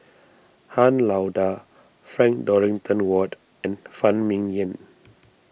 Han Lao Da Frank Dorrington Ward and Phan Ming Yen